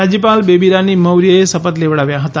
રાજ્યપાલ બેબી રાની મૌર્યએ શપથ લેવડાવ્યા હતા